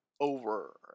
over